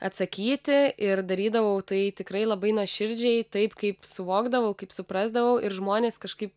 atsakyti ir darydavau tai tikrai labai nuoširdžiai taip kaip suvokdavau kaip suprasdavau ir žmonės kažkaip